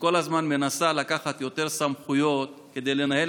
שכל הזמן מנסה לקחת יותר סמכויות כדי לנהל